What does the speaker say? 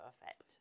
effect